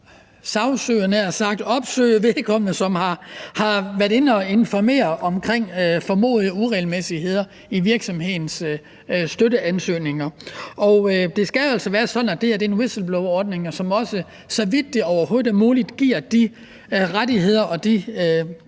at kunne opspore den medarbejder, der har været inde at informere om formodede uregelmæssigheder i virksomhedens støtteansøgninger. Det skal altså være sådan, at det her er en whistleblowerordning, som også, så vidt det overhovedet er muligt, giver de medarbejdere,